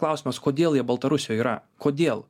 klausimas kodėl jie baltarusijoj yra kodėl